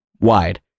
wide